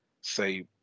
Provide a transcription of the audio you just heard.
say